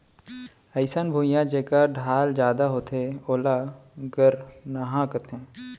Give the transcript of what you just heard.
अइसन भुइयां जेकर ढाल जादा होथे ओला गरनहॉं कथें